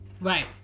Right